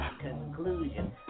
conclusion